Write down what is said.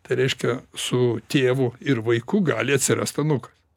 tai reiškia su tėvu ir vaiku gali atsirast anūkai